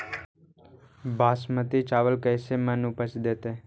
बासमती चावल कैसे मन उपज देतै?